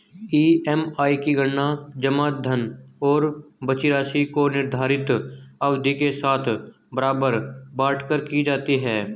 EMI की गणना जमा धन और बची राशि को निर्धारित अवधि के साथ बराबर बाँट कर की जाती है